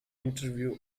interview